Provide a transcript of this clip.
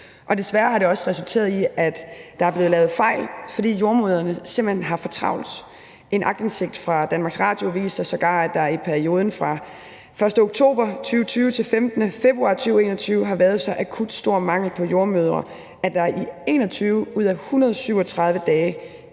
Desværre har det også resulteret i, at der er blevet lavet fejl, fordi jordemødrene simpelt hen har for travlt. En aktindsigt fra DR viser sågar, at der i perioden fra den 1. oktober 2020 til 15. februar 2021 har været en så stor akut mangel på jordemødre, at der er i 21 ud af 137 dage